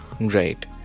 Right